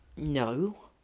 No